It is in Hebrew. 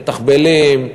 מתחבלים,